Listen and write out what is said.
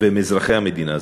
והם אזרחי המדינה הזאת.